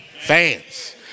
Fans